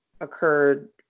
occurred